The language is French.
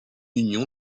union